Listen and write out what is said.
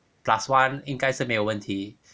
plus one 应该是没有问题